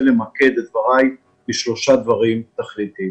למקד את דבריי בשלושה דברים תכליתיים.